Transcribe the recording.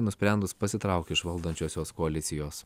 nusprendus pasitraukti iš valdančiosios koalicijos